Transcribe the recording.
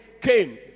came